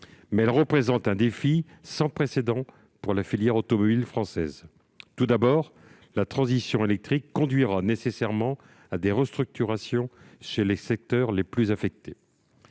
mais elle représente un défi sans précédent pour la filière automobile française. La transition électrique conduira nécessairement à des restructurations dans les secteurs les plus affectés.